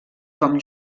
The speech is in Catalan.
com